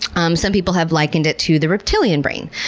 um some people have likened it to the reptilian brain,